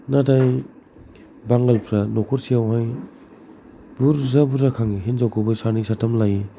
नाथाय बांगालफ्रा नखरसेयावहाय बुरजा बुरजा खाङो हिनजावखौबो सानै साथाम लायो